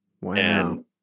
Wow